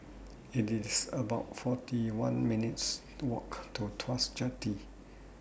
It's about forty one minutes' Walk to Tuas Jetty